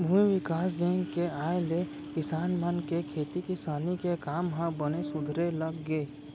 भूमि बिकास बेंक के आय ले किसान मन के खेती किसानी के काम ह बने सुधरे लग गे